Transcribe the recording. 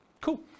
Cool